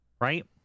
right